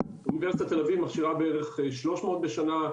אוניברסיטת תל אביב מכשירה בערך 300 בשנה,